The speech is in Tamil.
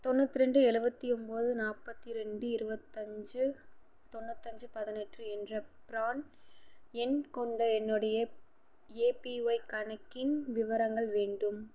தொண்ணூத்திரெண்டு எழுபத்தி ஒம்பது நாற்பத்தி ரெண்டு இருபத்தஞ்சு தொண்ணூத்தஞ்சு பதினெட்டு என்ற பிரான் எண் கொண்ட என்னுடைய ஏபிஒய் கணக்கின் விவரங்கள் வேண்டும்